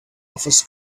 offers